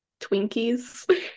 Twinkies